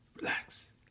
Relax